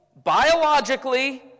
biologically